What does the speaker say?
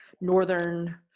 northern